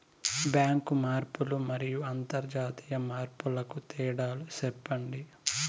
Bank మార్పులు మరియు అంతర్జాతీయ మార్పుల కు తేడాలు సెప్పండి?